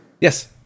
Yes